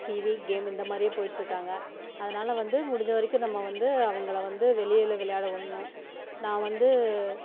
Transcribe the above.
TV game இந்தமாதிரியே போய்ட்டு இருக்காங்க அதனால வந்து முடிஞ்ச வரைக்கும் நம்ம வந்து அவங்கள வந்து வெளியில் விளையாடவிட்ணும் நா வந்து